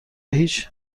هیچ